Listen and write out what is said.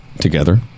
together